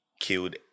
killed